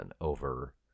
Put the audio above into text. over